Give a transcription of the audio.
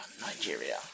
Nigeria